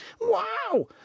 Wow